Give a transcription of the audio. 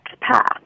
path